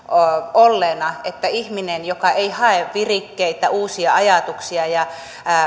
olleena että ihminen joka ei hae virikkeitä ja uusia ajatuksia ja